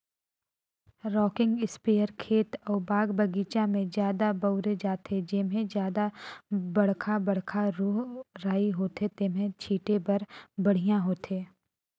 rocking sprayer खेत अउ बाग बगीचा में जादा बउरे जाथे, जेम्हे जादा बड़खा बड़खा रूख राई होथे तेम्हे छीटे बर बड़िहा होथे